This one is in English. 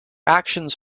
actions